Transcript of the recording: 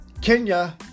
Kenya